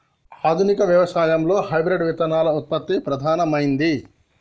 ఆధునిక వ్యవసాయం లో హైబ్రిడ్ విత్తన ఉత్పత్తి ప్రధానమైంది